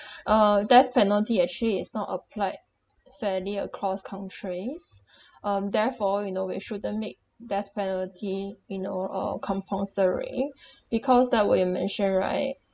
uh death penalty actually is not applied fairly across countries um therefore you know we shouldn't make death penalty you know uh compulsory because that what you mentioned right